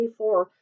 24